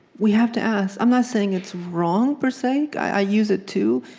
we have to ask. i'm not saying it's wrong, per se i use it, too,